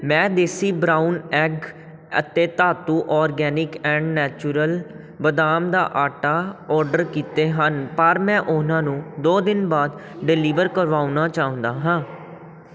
ਮੈਂ ਦੇਸੀ brown egg ਅਤੇ ਧਾਤੂ ਆਰਗੈਨਿਕ ਐਂਡ ਨੈਚੂਰਲ ਬਦਾਮ ਦਾ ਆਟਾ ਔਰਡਰ ਕੀਤੇ ਹਨ ਪਰ ਮੈਂ ਉਹਨਾਂ ਨੂੰ ਦੋ ਦਿਨ ਬਾਅਦ ਡਿਲੀਵਰ ਕਰਵਾਉਣਾ ਚਾਹੁੰਦਾ ਹਾਂ